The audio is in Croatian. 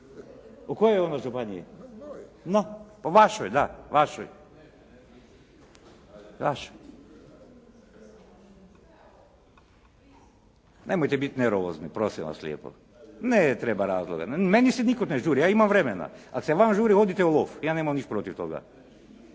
U kojoj ono županiji?. … /Upadica: Pa mojoj./ … Vašoj da. Vašoj. Nemojte biti nervozni prosim vas lijepo. Ne treba razloga. Meni se nikuda ne žuri. Ja imam vremena. Ako se vama žuri odite u lov, ja nemam ništa protiv toga.